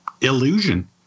illusion